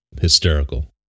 hysterical